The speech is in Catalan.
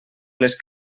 les